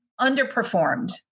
underperformed